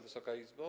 Wysoka Izbo!